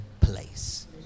place